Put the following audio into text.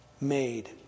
Made